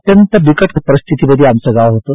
अत्यंत बिकट परिस्थितीमध्ये आमचं गाव होतं